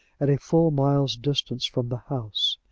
at a full mile's distance from the house.